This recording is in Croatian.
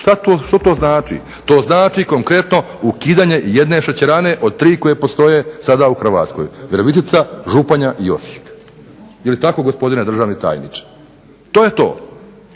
Što to znači? To znači konkretno ukidanje jedne šećerane od tri koje postoje sada u Hrvatskoj, Virovitica, Županja i Osijek. Jel tako gospodine državni tajniče? To je to.